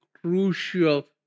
crucial